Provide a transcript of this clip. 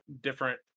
different